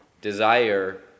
desire